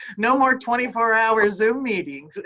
no more twenty four hour zoom meetings,